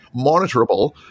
monitorable